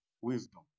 wisdom